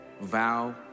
vow